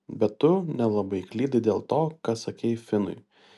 bet tu nelabai klydai dėl to ką sakei finui